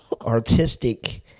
artistic